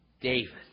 David